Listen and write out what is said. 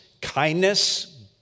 kindness